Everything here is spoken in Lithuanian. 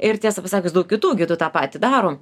ir tiesą pasakius daug kitų gidų tą patį daro